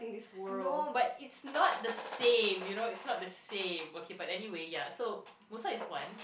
no but it's not the same you know it's not the same okay but anyway ya so Musa is once